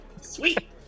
Sweet